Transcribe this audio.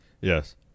Yes